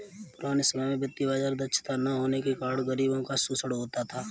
पुराने समय में वित्तीय बाजार दक्षता न होने के कारण गरीबों का शोषण होता था